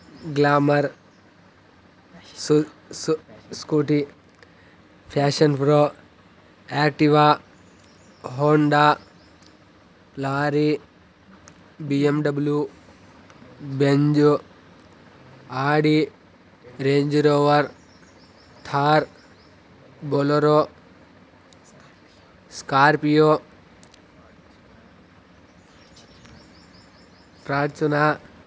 glamour సు సు Scooty Fashion Pro Activa Honda lorry BMW Benz Audi Range Rover Thar Bolero Scorpio Fortuner